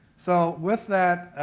so with that